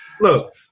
look